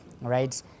right